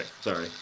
sorry